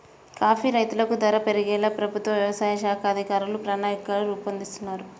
coffee రైతులకు ధర పెరిగేలా ప్రభుత్వ వ్యవసాయ శాఖ అధికారులు ప్రణాళికలు రూపొందిస్తున్నారు